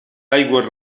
aigües